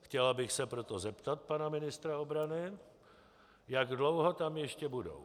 Chtěla bych se proto zeptat pana ministra obrany, jak dlouho tam ještě budou.